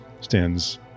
stands